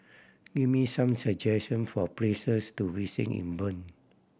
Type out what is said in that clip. give me some suggestion for places to visit in Bern